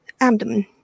abdomen